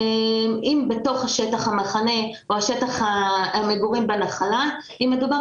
אם בתוך שטח המחנה או שטח המגורים בנחלה אם מדובר